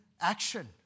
action